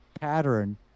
pattern